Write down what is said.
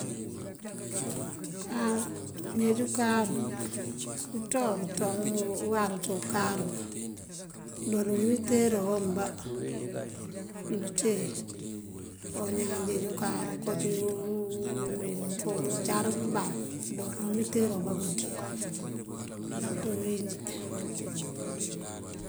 Ukáaru, mëëneej ukáaru, këţo këţo uwar ţí ukáaru këdooli umiteero ambá këite koñaan jeej ukáaru ukocí úu wí mëwín wí uko mëncar pëband këdoona umiteero bá kuwite ţí uwíin injí.